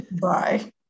bye